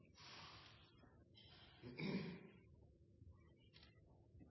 Det er noko